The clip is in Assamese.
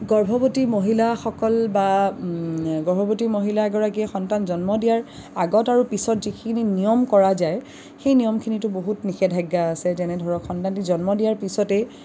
গৰ্ভৱতী মহিলাসকল বা গৰ্ভৱতী মহিলা এগৰাকীয়ে সন্তান জন্ম দিয়াৰ আগত আৰু পিছত যিখিনি নিয়ম কৰা যায় সেই নিয়মখিনিতো বহুত নিষেধাজ্ঞা আছে যেনে ধৰক সন্তানটি জন্ম দিয়াৰ পিছতেই